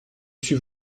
suis